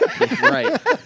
Right